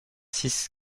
six